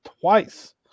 twice